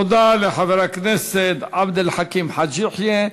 תודה לחבר הכנסת עבד אל חכים חאג' יחיא.